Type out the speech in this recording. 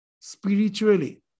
spiritually